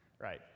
right